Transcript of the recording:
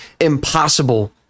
impossible